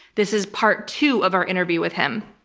this is part two of our interview with him.